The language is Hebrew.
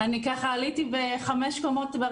עליתי מהר חמש קומות,